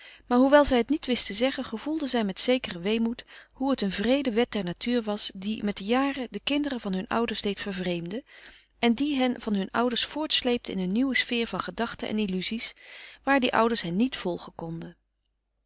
maar hoewel zij het niet wist te zeggen gevoelde zij met zekeren weemoed hoe het eene wreede wet der natuur was die met de jaren de kinderen van hun ouders deed vervreemden en die hen van hunne ouders voortsleepte in eene nieuwe sfeer van gedachten en illuzies waar die ouders hen niet volgen konden